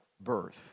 birth